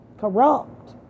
Corrupt